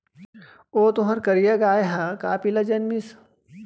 ओ तुंहर करिया गाय ह का पिला जनमिस?